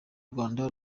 rwanda